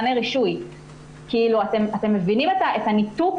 אתם מבינים את הניתוק